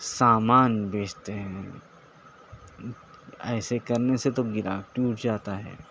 سامان بیچتے ہیں ایسے کرنے سے تو گراہک ٹوٹ جاتا ہے